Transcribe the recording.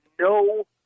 no